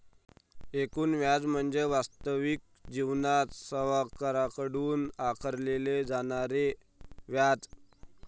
एकूण व्याज म्हणजे वास्तविक जीवनात सावकाराकडून आकारले जाणारे व्याज